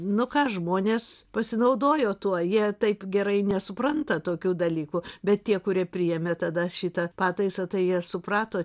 nu ką žmonės pasinaudojo tuo jie taip gerai nesupranta tokių dalykų bet tie kurie priėmė tada šitą pataisą tai jie suprato